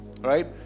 right